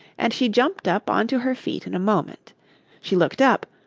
and she jumped up on to her feet in a moment she looked up,